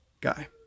guy